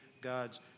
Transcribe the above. God's